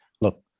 look